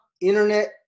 internet